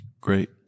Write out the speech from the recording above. Great